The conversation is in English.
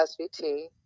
SVT